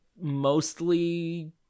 mostly